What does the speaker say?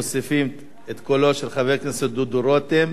מוסיפים את קולו של חבר הכנסת דודו רותם.